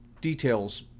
details